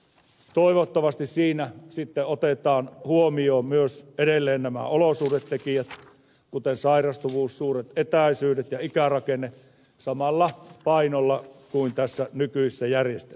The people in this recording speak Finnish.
toivottavasti siinä sitten otetaan huomioon myös edelleen nämä olosuhdetekijät kuten sairastuvuus suuret etäisyydet ja ikärakenne samalla painolla kuin tässä nykyisessä järjestelmässä